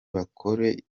bakore